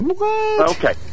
Okay